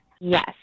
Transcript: Yes